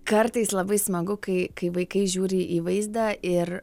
kartais labai smagu kai kai vaikai žiūri į vaizdą ir